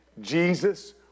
Jesus